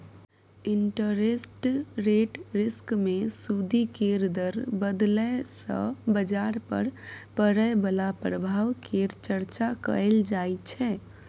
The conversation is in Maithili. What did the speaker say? इंटरेस्ट रेट रिस्क मे सूदि केर दर बदलय सँ बजार पर पड़य बला प्रभाव केर चर्चा कएल जाइ छै